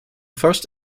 first